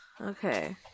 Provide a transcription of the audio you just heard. Okay